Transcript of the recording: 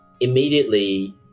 immediately